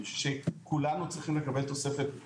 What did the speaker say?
אני חושב שכולנו צריכים לקבל תוספת,